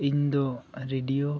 ᱤᱧᱫᱚ ᱨᱮᱰᱤᱭᱳ